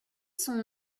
son